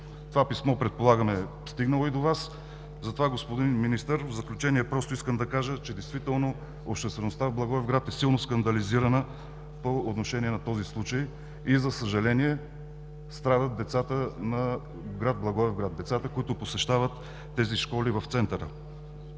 Това писмо, предполагам, е стигнало и до Вас. Затова, господин Министър, в заключение искам да кажа, че действително обществеността в Благоевград е силно скандализирана по отношение на този случай и за съжаление страдат децата на гр. Благоевград, децата, които посещават тези школи в Центъра.